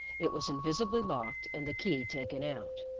it was invisibly locked and the key taken out.